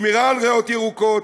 שמירה על ריאות ירוקות,